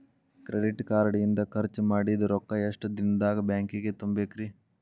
Credit card ಇಂದ್ ಖರ್ಚ್ ಮಾಡಿದ್ ರೊಕ್ಕಾ ಎಷ್ಟ ದಿನದಾಗ್ ಬ್ಯಾಂಕಿಗೆ ತುಂಬೇಕ್ರಿ?